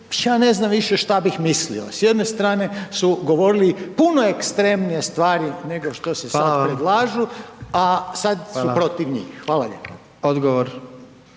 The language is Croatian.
ja ne znam više što bih mislio. S jedne strane su govorili puno ekstremnije stvari nego što se sad .../Upadica: Hvala./... predlažu, a sad su protiv njih. Hvala lijepo.